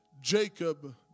Jacob